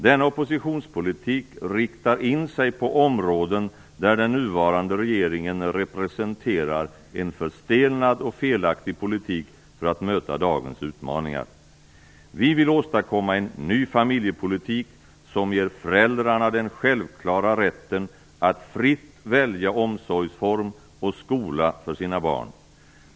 Denna oppositionspolitik riktar in sig på områden där den nuvarande regeringen representerar en förstelnad och felaktig politik för att möta dagens utmaningar. Vi vill åstadkomma en ny familjepolitik som ger föräldrarna den självklara rätten att fritt välja omsorgsform och skola för sina barn.